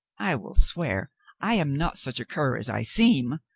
i will swear i am not such a cur as i seem,